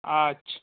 আচ্ছা